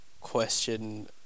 question